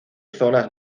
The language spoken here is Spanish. zonas